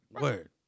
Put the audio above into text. Word